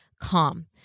calm